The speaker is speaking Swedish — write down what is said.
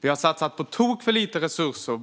Det har satsats på tok för lite resurser